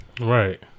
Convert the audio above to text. Right